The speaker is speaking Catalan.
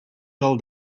del